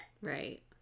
right